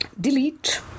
delete